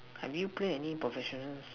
have you play any professional